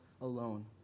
alone